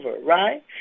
right